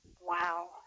Wow